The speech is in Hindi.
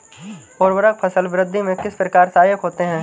उर्वरक फसल वृद्धि में किस प्रकार सहायक होते हैं?